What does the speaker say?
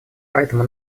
поэтому